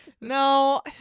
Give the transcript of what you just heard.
No